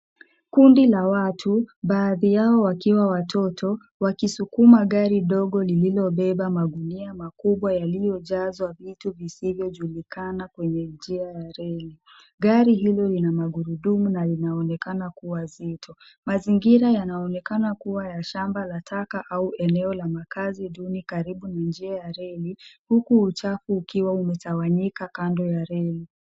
Kundi la watu, baadhi yao wakiwa watoto, wakisukuma gari lililobeba magunia yaliyojazwa vitu visivyojulikana kwenye njia ya reli. gari hilo lina magurudumu na linaonekana kuwa zito. Mazingira yanaonekana kuwa ya shamba la taka au eneo la makazi duni karibu na njia ya reli huku uchafu ukiwa umetwanyika kando ya reli.